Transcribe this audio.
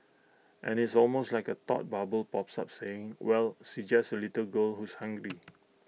and it's almost like A thought bubble pops up saying well she just A little girl who's hungry